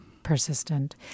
persistent